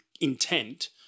intent